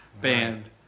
band